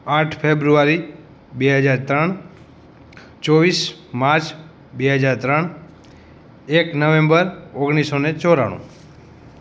આઠ ફેબ્રુઆરી બે હજાર ત્રણ ચોવીસ માર્ચ બે હજાર ત્રણ એક નવેમ્બર ઓગણીસ સો અને ચોરાણું